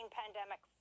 pandemic